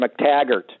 McTaggart